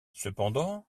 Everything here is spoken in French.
cependant